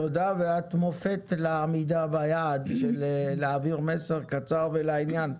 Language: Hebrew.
תודה ואת מופת למידע, של להעביר מסר קצר ולעניין.